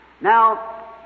Now